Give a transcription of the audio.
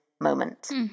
moment